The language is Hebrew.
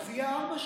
אז יהיה 2:4?